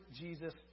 Jesus